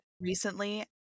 recently